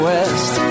West